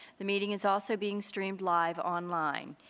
the meeting is also being streamed live online.